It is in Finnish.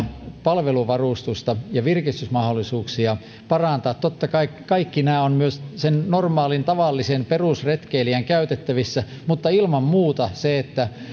palveluvarustusta ja virkistysmahdollisuuksia parantaa totta kai kaikki nämä ovat myös sen normaalin tavallisen perusretkeilijän käytettävissä mutta ilman muuta se että